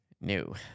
new